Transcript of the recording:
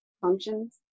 functions